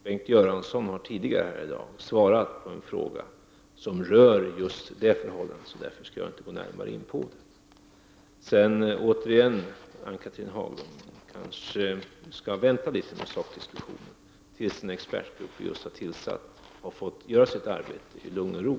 Bengt Göransson har tidigare här i dag svarat på en fråga som rör just det förhållandet, så därför skall jag inte gå närmare in på det. Återigen vill jag säga till Ann-Cathrine Haglund att vi kan vänta med sakdiskussionen tills den expertgrupp som just har tillsatts har fått göra sitt arbete i lugn och ro.